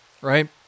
right